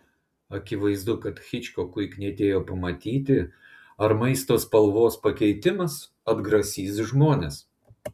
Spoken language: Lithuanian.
akivaizdu kad hičkokui knietėjo pamatyti ar maisto spalvos pakeitimas atgrasys žmones